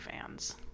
fans